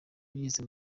bageze